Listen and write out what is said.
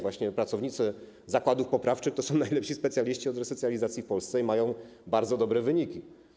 Właśnie pracownicy zakładów poprawczych to są najlepsi specjaliści od resocjalizacji w Polsce i mają bardzo dobre wyniki.